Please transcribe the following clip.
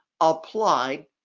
Applied